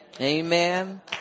Amen